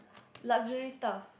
luxury stuff